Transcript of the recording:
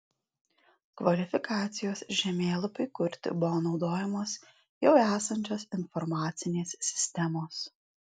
kvalifikacijos žemėlapiui kurti buvo naudojamos jau esančios informacinės sistemos